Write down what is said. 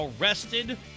arrested